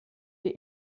die